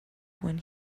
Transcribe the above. when